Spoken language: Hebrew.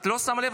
את לא שמה לב,